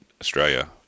Australia